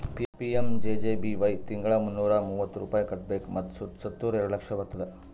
PMJJBY ತಿಂಗಳಾ ಮುನ್ನೂರಾ ಮೂವತ್ತು ರೂಪಾಯಿ ಕಟ್ಬೇಕ್ ಮತ್ ಸತ್ತುರ್ ಎರಡ ಲಕ್ಷ ಬರ್ತುದ್